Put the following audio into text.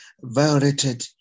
violated